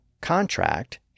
CONTRACT